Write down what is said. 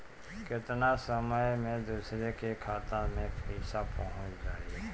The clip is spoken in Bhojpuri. केतना समय मं दूसरे के खाता मे पईसा पहुंच जाई?